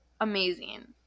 amazing